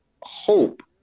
hope